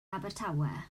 abertawe